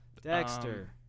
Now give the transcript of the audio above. Dexter